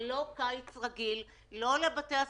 זה לא קיץ רגיל לבתי הספר,